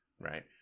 right